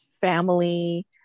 family